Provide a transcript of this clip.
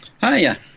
Hiya